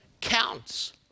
counts